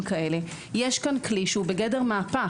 יש פה כלי שבגדר מהפך.